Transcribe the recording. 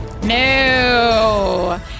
No